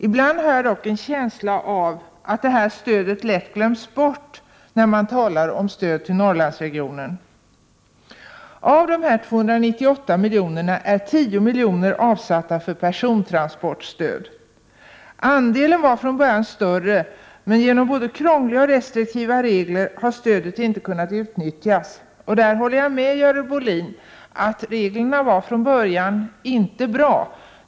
Ibland har jag dock en känsla av att stödet lätt glöms bort, när man talar om stödet till Norrlandsregionen. Av dessa 298 milj.kr. är 10 milj.kr. avsatta för persontransportstöd. Andelen var från början större, men på grund av både krångliga och restriktiva regler har stödet inte kunnat utnyttjas. Jag håller med Görel Bohlin om att reglerna från början inte var bra.